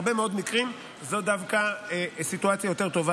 בהרבה מאוד מקרים זו דווקא סיטואציה יותר טובה,